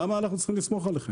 למה אנחנו צריכים לסמוך עליכם?